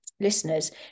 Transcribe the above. listeners